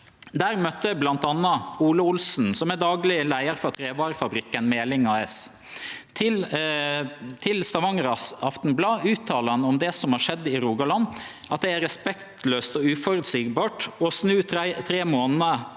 Der møtte eg bl.a. Ole Olsen, som er dagleg leiar for trevarefabrikken Meling AS. Til Stavanger Aftenblad uttaler han at det som har skjedd i Rogaland, er respektlaust og uføreseieleg, og at å snu tre månader